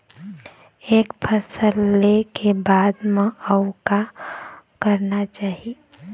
एक फसल ले के बाद म अउ का करना चाही?